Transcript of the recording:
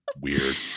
weird